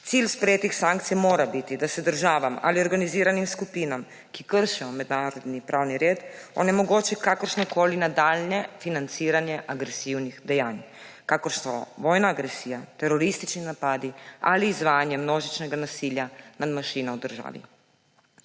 Cilj sprejetih sankcij mora biti, da se državam ali organiziranim skupinam, ki kršijo mednarodni pravni red, onemogoča kakršnokoli nadaljnje financiranje agresivnih dejanj, kakor so vojna agresija, teroristični napadi ali izvajanje množičnega nasilja nad manjšino v državi.